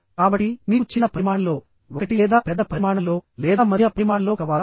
కాబట్టి మీకు చిన్న పరిమాణం లో ఒకటి లేదా పెద్ద పరిమాణం లోలేదా మధ్య పరిమాణం లో కవాలా